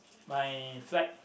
my flight